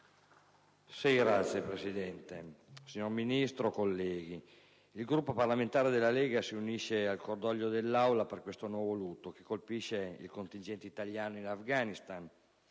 Signor Presidente, signor Ministro, colleghi, il Gruppo parlamentare della Lega si unisce al cordoglio dell'Assemblea per questo nuovo lutto che colpisce i contingenti italiani in Afghanistan,